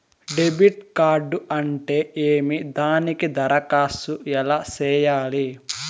debit card అంటే ఏమి దానికి దరఖాస్తు ఎలా సేయాలి